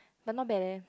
but not bad leh